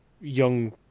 young